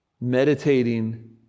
meditating